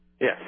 Yes